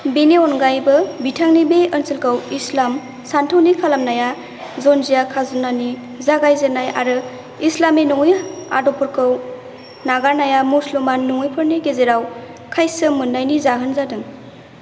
बेनि अनगायैबो बिथांनि बे ओनसोलखौ इस्लाम सानथौनि खालामनाया जजिया काजनानि जागाय जेननाय आरो इस्लामी नङै आदबफोरखौ नागारनाया मुसलमान नंङैफोरनि गेजेराव खायसो मोननायनि जाहोन जादों